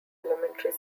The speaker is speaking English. elementary